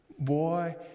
boy